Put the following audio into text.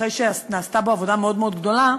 אחרי שנעשתה בו עבודה מאוד מאוד גדולה,